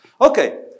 Okay